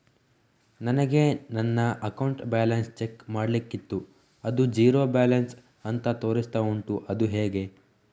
ನನಗೆ ನನ್ನ account balance check ಮಾಡ್ಲಿಕ್ಕಿತ್ತು ಅದು ಝೀರೋ ಬ್ಯಾಲೆನ್ಸ್ ಅಂತ ತೋರಿಸ್ತಾ ಉಂಟು ಅದು ಹೇಗೆ?